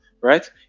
right